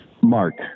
Mark